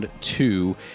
two